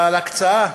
ועל הקצאה